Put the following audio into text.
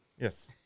Yes